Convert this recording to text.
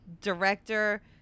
director